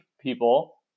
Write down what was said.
people